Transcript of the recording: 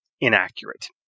inaccurate